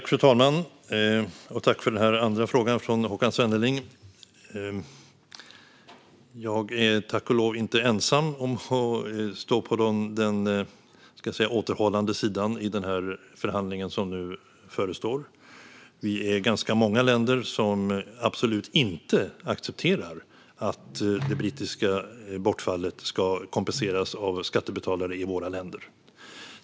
Fru talman! Tack för denna andra fråga från Håkan Svenneling! Jag är tack och lov inte ensam om att stå på den återhållande sidan i den förhandling som nu förestår. Vi är ganska många länder som absolut inte accepterar att det brittiska bortfallet ska kompenseras av skattebetalare i våra länder.